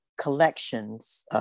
collections